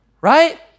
right